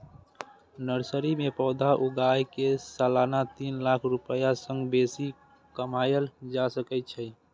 nursery मे पौधा उगाय कें सालाना तीन लाख रुपैया सं बेसी कमाएल जा सकै छै